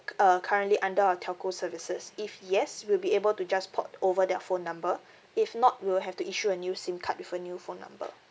uh currently under our telco services if yes we'll be able to just port over their phone number if not we'll have to issue a new SIM card with a new phone number